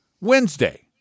Wednesday